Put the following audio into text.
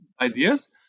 ideas